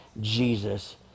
Jesus